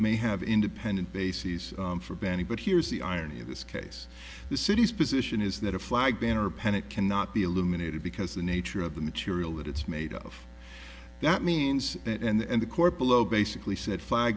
may have independent bases for banning but here's the irony of this case the city's position is that a flag banner panic cannot be illuminated because the nature of the material that it's made of that means that and the court below basically said five